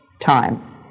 time